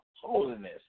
holiness